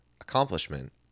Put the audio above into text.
accomplishment